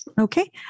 Okay